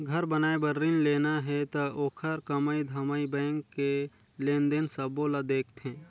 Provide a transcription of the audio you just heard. घर बनाए बर रिन लेना हे त ओखर कमई धमई बैंक के लेन देन सबो ल देखथें